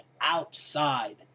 outside